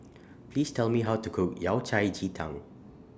Please Tell Me How to Cook Yao Cai Ji Tang